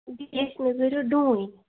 بیٚیہِ ٲسۍ مےٚ ضروٗرت ڈوٗنۍ